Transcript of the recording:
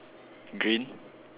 green